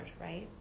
right